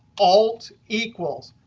alt equals,